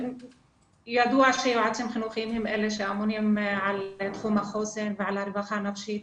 ידוע שיועצים חינוכיים הם אלה שאמונים על תחום החוסן ועל הרווחה הנפשית,